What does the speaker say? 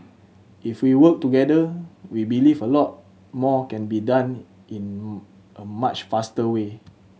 if we work together we believe a lot more can be done in a much faster way